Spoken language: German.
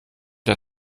der